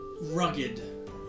Rugged